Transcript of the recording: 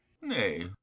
Nay